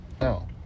No